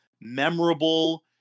memorable